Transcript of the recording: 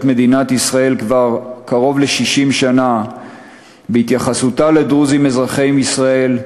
מדינת ישראל כבר קרוב ל-60 שנה בהתייחסותה לדרוזים אזרחי ישראל,